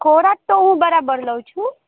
ખોરાક તો હું બરાબર લઉં છું